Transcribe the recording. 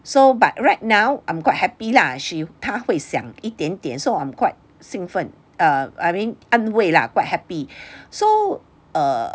so but right now I'm quite happy lah she 她会想一点点 so I'm quite 兴奋 err I mean 安慰 lah quite happy so err